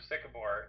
Sycamore